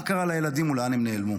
מה קרה לילדים ולאן הם נעלמו.